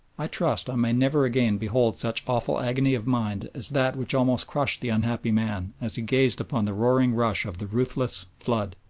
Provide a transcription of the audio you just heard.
i trust i may never again behold such awful agony of mind as that which almost crushed the unhappy man as he gazed upon the roaring rush of the ruthless flood,